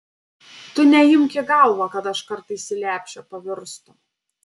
tu neimk į galvą kad aš kartais į lepšę pavirstu